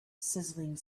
sizzling